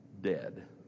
dead